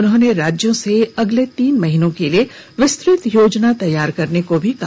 उन्होंने राज्यों से अगले तीन महीने के लिए विस्तृत योजना तैयार करने को भी कहा